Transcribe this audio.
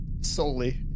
Solely